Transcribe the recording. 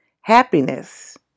Happiness